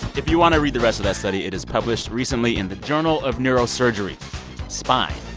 if you want to read the rest of that study, it is published recently in the journal of neurosurgery spine